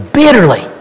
bitterly